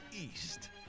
East